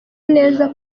neza